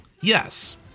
Yes